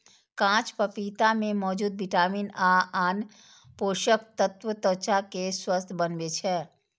कांच पपीता मे मौजूद विटामिन आ आन पोषक तत्व त्वचा कें स्वस्थ बनबै छै